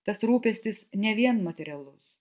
tas rūpestis ne vien materialus